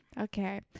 okay